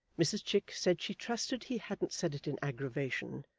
mrs chick said she trusted he hadn't said it in aggravation,